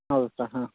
ಹೌದು ಸ ಹಾಂ